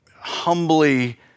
humbly